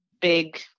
big